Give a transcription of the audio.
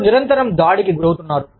మీరు నిరంతరం దాడికి గురవుతున్నారు